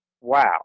Wow